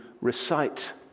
recite